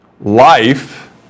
life